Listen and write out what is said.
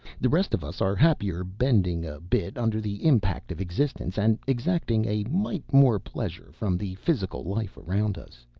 the rest of us are happier bending a bit under the impact of existence, and exacting a mite more pleasure from the physical life around us.